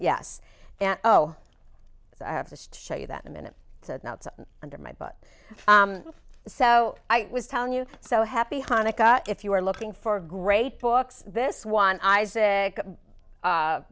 yes oh i have to show you that a minute under my butt so i was telling you so happy hanukkah if you are looking for great books this one isaac